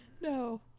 No